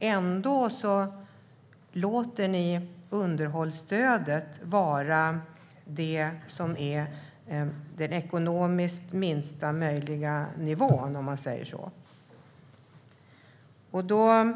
Ändå låter man underhållsstödet vara den ekonomiskt minsta möjliga nivån, så att säga. Då